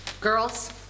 Girls